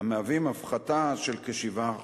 המהווים הפחתה של כ-7%.